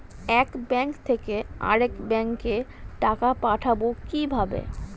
এক ব্যাংক থেকে আরেক ব্যাংকে টাকা পাঠাবো কিভাবে?